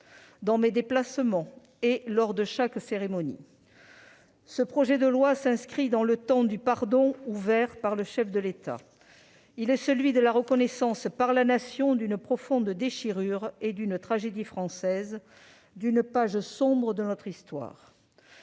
de mes déplacements et lors de chaque cérémonie. Ce projet de loi s'inscrit dans le temps du pardon, ouvert par le chef de l'État. Il est celui de la reconnaissance par la Nation d'une profonde déchirure et d'une tragédie française, d'une page sombre de notre histoire.